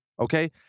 Okay